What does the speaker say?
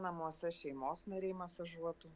namuose šeimos nariai masažuotų